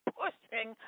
pushing